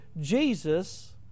Jesus